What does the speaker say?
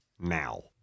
now